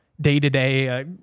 day-to-day